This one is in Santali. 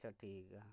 ᱟᱪᱷᱟ ᱴᱷᱤᱠ ᱜᱮᱭᱟ